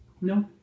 No